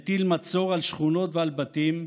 מטיל מצור על שכונות ועל בתים,